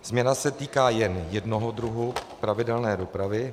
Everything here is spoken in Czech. Změna se týká jen jednoho druhu pravidelné dopravy.